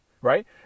right